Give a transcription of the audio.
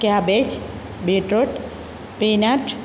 cabbage beetroot peanut